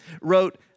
wrote